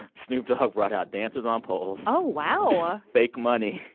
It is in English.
snoop dogg brought out dancers on poles. oh, wow. fake money,